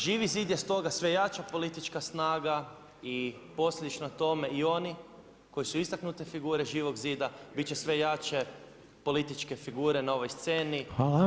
Živi zid je stoga sve jača politička snaga i posljedično tome i oni koji su istaknute figure Živog zida biti će sve jače političke figure na ovoj sceni, vama nažalost.